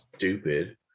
stupid